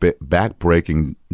back-breaking